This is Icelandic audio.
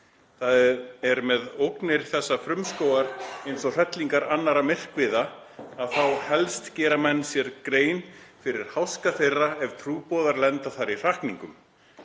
Það er með ógnir þessa frumskógar eins og hrellingar annara myrkviða að þá helst gera menn sér grein fyrir háska þeirra ef trúboðar lenda þar í hrakningum.